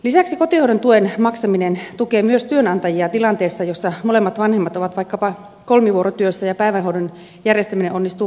lisäksi kotihoidon tuen maksaminen tukee myös työnantajia tilanteessa jossa molemmat vanhemmat ovat vaikkapa kolmivuorotyössä ja päivähoidon järjestäminen onnistuu parhaiten kotona